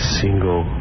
single